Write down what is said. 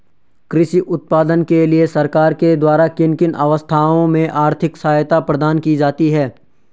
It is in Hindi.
कृषि उत्पादन के लिए सरकार के द्वारा किन किन अवस्थाओं में आर्थिक सहायता प्रदान की जाती है?